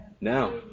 Now